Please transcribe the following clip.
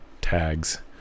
tags